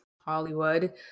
Hollywood